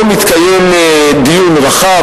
לא מתקיים דיון רחב,